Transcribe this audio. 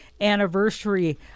anniversary